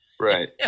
Right